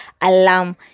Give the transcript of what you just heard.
alarm